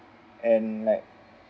and like